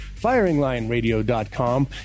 FiringLineRadio.com